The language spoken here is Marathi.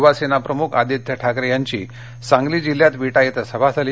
युवासेना प्रमुख आदित्य ठाकरे यांची सांगली जिल्ह्यात विटा ध्वें सभा झाली